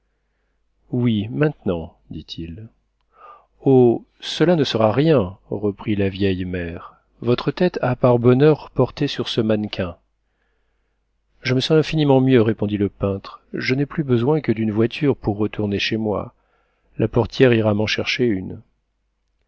oui maintenant dit-il oh cela ne sera rien reprit la vieille mère votre tête a par bonheur porté sur ce mannequin je me sens infiniment mieux répondit le peintre je n'ai plus besoin que d'une voiture pour retourner chez moi la portière ira m'en chercher une